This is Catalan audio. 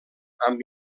amb